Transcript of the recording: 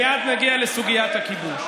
מייד נגיע לסוגיית הכיבוש.